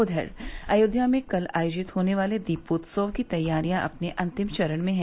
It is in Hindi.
उधर अयोध्या में कल आयोजित होने वाले दीपोत्सव की तैयारियां अपने अंतिम चरण में हैं